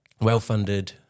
well-funded